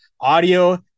audio